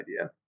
idea